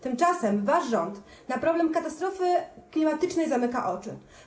Tymczasem wasz rząd na problem katastrofy klimatycznej zamyka oczy.